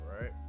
right